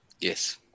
Yes